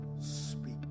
speak